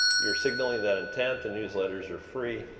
you're signaling that intent. the newsletters are free.